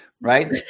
right